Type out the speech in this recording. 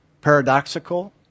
paradoxical